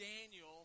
Daniel